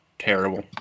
Terrible